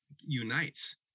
unites